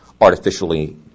artificially